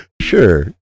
Sure